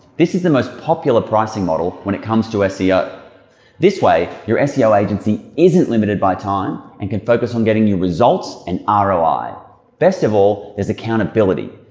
this is the most popular pricing model when it comes to seo. this way your seo agency isn't limited by time and can focus on getting you results and ah roi. best of all there's accountability.